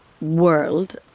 world